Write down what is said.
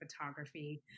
photography